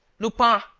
lupin!